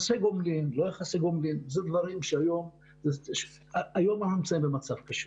אנחנו נמצאים היום במצב קשה,